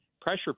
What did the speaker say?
pressure